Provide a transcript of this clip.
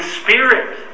spirit